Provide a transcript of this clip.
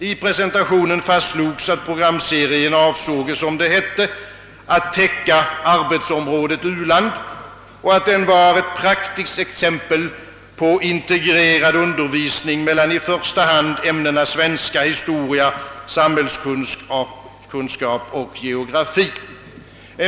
I presentationen fastslogs att programserien: avsåge, som det hette, att täcka arbetsområdet u-land och att den var ett praktiskt exempel på integrerad undervisping mellan i första hand ämnena svenska, historia, samhällskunskap och geografi.